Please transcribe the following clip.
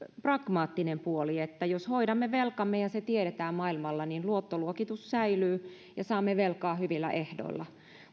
pragmaattinen puoli että jos hoidamme velkamme ja se tiedetään maailmalla niin luottoluokitus säilyy ja saamme velkaa hyvillä ehdoilla